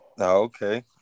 Okay